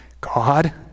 God